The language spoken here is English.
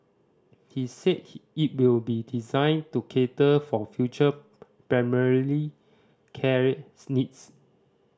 he said he it will be designed to cater for future primarily care needs